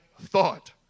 thought